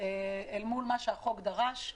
לעומת מה שהחוק דרש.